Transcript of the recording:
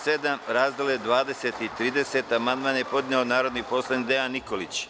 7. razdele 20 i 30 amandman je podneo narodni poslanik Dejan Nikolić.